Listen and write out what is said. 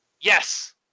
Yes